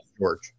George